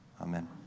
Amen